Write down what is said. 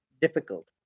difficult